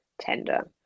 tender